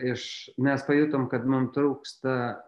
iš mes pajutom kad man trūksta